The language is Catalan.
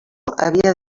havia